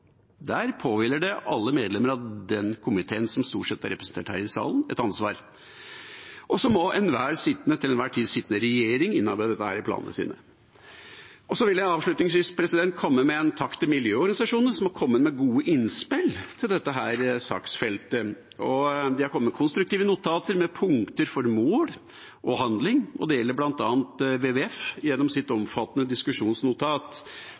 Der påhviler det alle medlemmer av den komiteen, som stort sett er representert her i salen, et ansvar. Så må den til enhver tid sittende regjering innarbeide dette i planene sine. Jeg vil avslutningsvis komme med en takk til miljøorganisasjonene som har kommet med gode innspill til dette saksfeltet. De har kommet med konstruktive notater med punkter for mål og handling. Det gjelder bl.a. WWF gjennom sitt omfattende diskusjonsnotat,